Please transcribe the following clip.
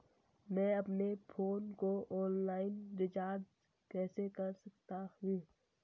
मैं अपने फोन को ऑनलाइन रीचार्ज कैसे कर सकता हूं?